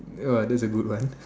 !wah! that's a good one